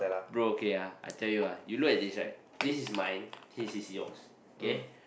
bro okay ah I tell you ah you look at this right this is my this is yours kay